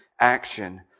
action